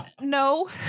No